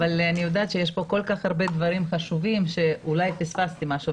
אבל אני יודעת שיש פה כל כך הרבה דברים חשובים שאולי פספסתי משהו.